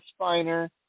Spiner